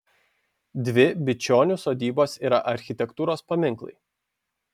dvi bičionių sodybos yra architektūros paminklai